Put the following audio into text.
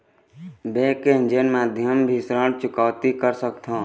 Bank के agent माध्यम भी ऋण चुकौती कर सकथों?